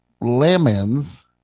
lemons